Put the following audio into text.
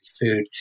food